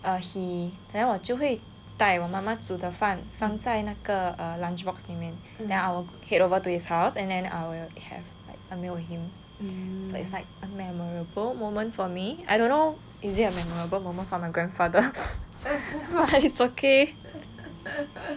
err he then 我就会带我妈妈煮的饭放在那个 err lunch box 里面 then I will head over to his house and then I will have like a meal with him so it's like a memorable moment for me I don't know if it is a memorable moment for my grandfather but it's okay